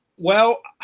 well.